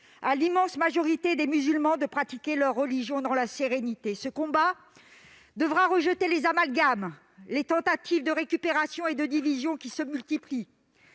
à l'immense majorité des musulmans de pratiquer leur religion dans la sérénité. Ce combat devra rejeter les amalgames et les tentatives de récupération et de division qui se multiplient.